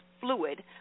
fluid